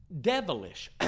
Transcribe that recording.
devilish